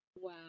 Wow